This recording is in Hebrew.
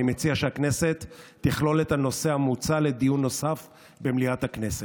אני מציע שהכנסת תכלול את הנושא המוצע לדיון נוסף במליאת הכנסת.